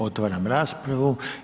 Otvaram raspravu.